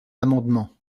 amendement